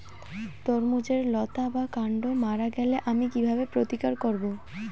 তরমুজের লতা বা কান্ড মারা গেলে আমি কীভাবে প্রতিকার করব?